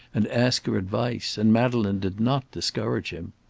and ask her advice, and madeleine did not discourage him.